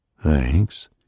Thanks